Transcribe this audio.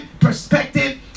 perspective